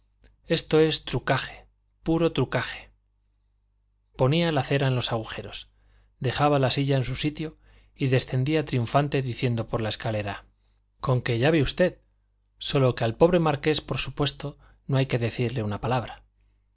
esto es truquage puro truquage ponía la cera en los agujeros dejaba la silla en su sitio y descendía triunfante diciendo por la escalera con que ya ve usted sólo que al pobre marqués por supuesto no hay que decirle una palabra